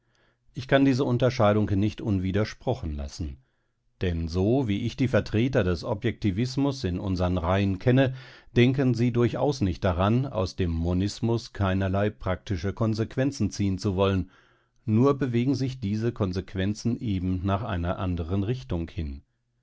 ich kann diese unterscheidung nicht unwidersprochen lassen denn so wie ich die vertreter des objektivismus in unsern reihen kenne denken sie durchaus nicht daran aus dem monismus keinerlei praktische konsequenzen ziehen zu wollen nur bewegen sich diese konsequenzen eben nach einer andern richtung hin